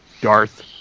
Darth